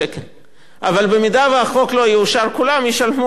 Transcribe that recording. אבל במידה שהחוק לא יאושר כולם ישלמו את 20 השקלים האלה,